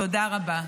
תודה רבה.